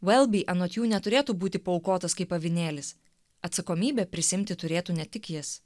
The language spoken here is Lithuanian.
velbi anot jų neturėtų būti paaukotas kaip avinėlis atsakomybę prisiimti turėtų ne tik jis